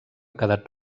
quedat